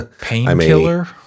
Painkiller